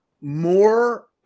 more